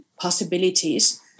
possibilities